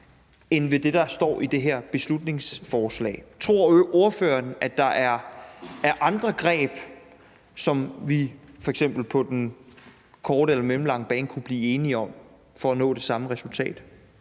end ved det, der står i det her beslutningsforslag. Tror ordføreren, at der er andre greb, som vi f.eks. på den korte eller mellemlange bane kunne blive enige om for at nå det samme resultat?